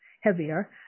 heavier